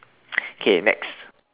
K next